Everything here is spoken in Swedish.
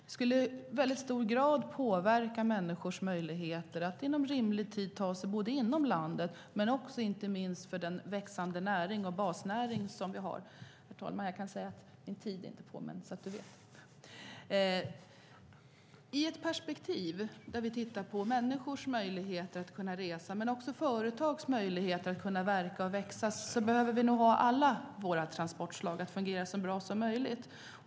Det skulle i hög grad påverka människors möjligheter att inom rimlig tid ta sig fram inom landet och inte minst påverka den växande näring och basnäring som vi har. I ett perspektiv där vi tittar på människors möjligheter att resa men också företags möjligheter att verka och växa behöver nog alla våra transportslag fungera så bra som möjligt.